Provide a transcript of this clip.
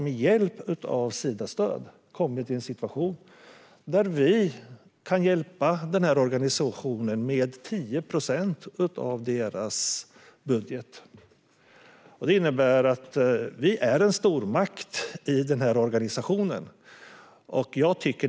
Med hjälp av Sidastöd har vi kommit i en situation där vi kan hjälpa organisationen med 10 procent av deras budget. Vi är alltså en stormakt i organisationen.